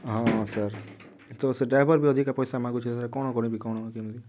ହଁ ସାର୍ ତ ସେ ଡ୍ରାଇଭର ବି ଅଧିକ ପଇସା ମାଗୁଛି ସାର୍ କ'ଣ କରିବି କ'ଣ କେମିତି